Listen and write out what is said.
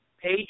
page